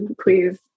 Please